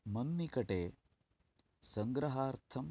मन्निकटे सङ्ग्रहार्थं